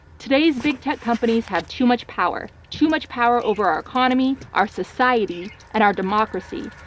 today's big tech companies have too much power, too much power over our economy, our society and our democracy.